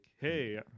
hey